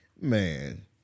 Man